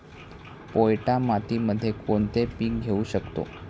पोयटा मातीमध्ये कोणते पीक घेऊ शकतो?